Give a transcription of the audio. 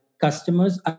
customers